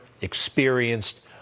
experienced